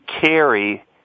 carry